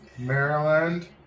Maryland